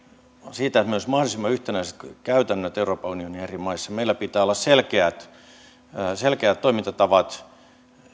siitä että meillä olisi mahdollisimman yhtenäiset käytännöt euroopan unionin eri maissa meillä pitää olla selkeät selkeät toimintatavat